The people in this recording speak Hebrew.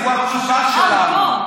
הוא התשובה שלנו.